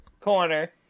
corner